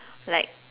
like